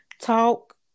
talk